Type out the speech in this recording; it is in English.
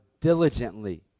diligently